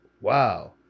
Wow